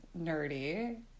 nerdy